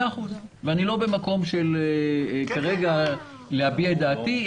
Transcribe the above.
אני לא במקום כרגע של להביע את דעתי.